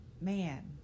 man